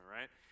right